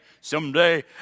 someday